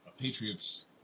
Patriots